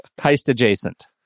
heist-adjacent